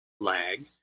lag